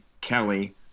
Kelly